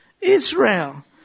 Israel